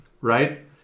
right